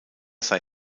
sei